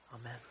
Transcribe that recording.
Amen